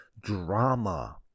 drama